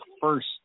first